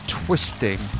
twisting